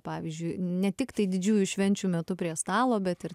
pavyzdžiui ne tiktai didžiųjų švenčių metu prie stalo bet ir